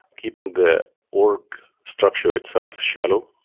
keeping the org structure itself shallow,